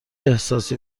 احساسی